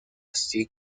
así